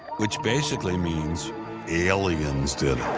which basically means aliens did